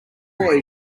boy